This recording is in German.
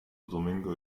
domingo